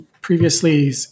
previously